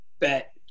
bet